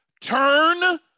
Turn